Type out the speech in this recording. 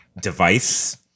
device